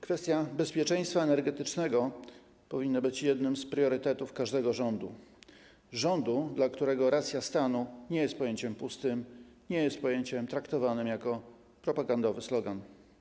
Kwestia bezpieczeństwa energetycznego powinna być jednym z priorytetów każdego rządu, rządu, dla którego racja stanu nie jest pojęciem pustym, nie jest pojęciem traktowanym jako propagandowy slogan.